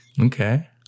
Okay